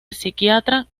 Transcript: psiquiatra